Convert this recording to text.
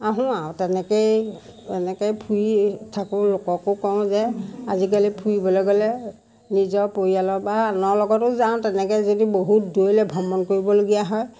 আহোঁ আৰু তেনেকৈয়ে এনেকৈয়ে ফুৰি থাকোঁ লোককো কওঁ যে আজিকালি ফুৰিবলৈ গ'লে নিজৰ পৰিয়ালৰ বা আনৰ লগতো যাওঁ তেনেকৈ যদি বহুত দূৰলৈ ভ্ৰমণ কৰিবলগীয়া হয়